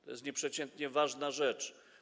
To jest nieprzeciętnie ważna rzecz.